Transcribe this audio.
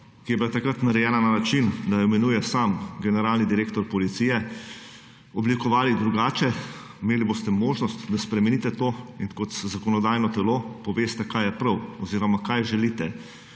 ki je bila takrat narejena na način, da jo imenuje sam generalni direktor policije oblikovali drugače. Imeli boste možnost, da spremenite to in kot zakonodajno telo poveste kaj je prav oziroma kaj želite.